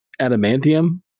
adamantium